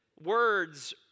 words